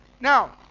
Now